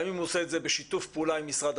גם אם הוא עושה את זה בשיתוף פעולה עם החינוך,